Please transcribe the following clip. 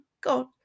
god